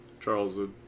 Charles